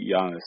Giannis